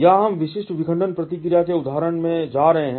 यहां हम विशिष्ट विखंडन प्रतिक्रिया के उदाहरण में जा रहे हैं